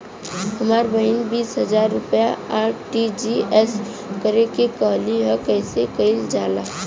हमर बहिन बीस हजार रुपया आर.टी.जी.एस करे के कहली ह कईसे कईल जाला?